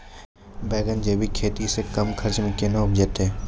बैंगन जैविक खेती से कम खर्च मे कैना उपजते?